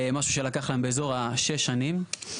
משהו שלקח להם באזור ה-6 שנים.